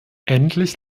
endlich